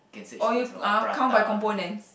or you uh count by components